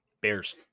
Bears